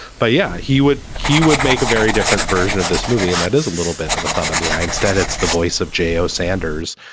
but yeah, he would, he would make a very different version of this movie and that is. little bit of a thumb in and the eye instead it's the voice of j o. sanders,